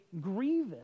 grievous